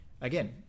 again